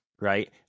Right